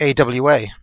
AWA